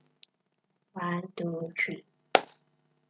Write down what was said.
one two three